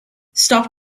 stop